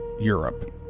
Europe